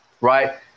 right